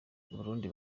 burundi